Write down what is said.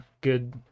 good